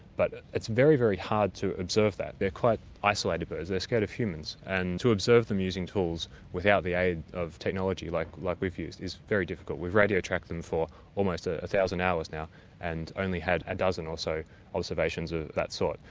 but it's very, very hard to observe that. they're quite isolated birds, they're scared of humans, and to observe them using tools without the aid of technology like like we've used is very difficult. we've radio tracked them for almost one ah thousand hours now and only had a dozen or so observations of that sort,